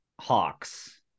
hawks